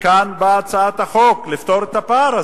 וכאן באה הצעת החוק, לפתור את הפער הזה.